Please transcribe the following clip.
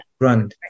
run